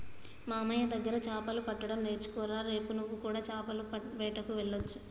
మామయ్య దగ్గర చాపలు పట్టడం నేర్చుకోరా రేపు నువ్వు కూడా చాపల వేటకు వెళ్లొచ్చు